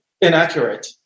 inaccurate